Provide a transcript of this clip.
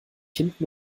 hinten